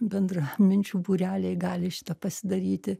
bendraminčių būreliai gali šitą pasidaryti